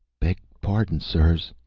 beg pardon, sirs.